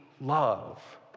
love